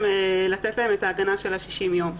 לתת להן את ההגנה של 60 הימים.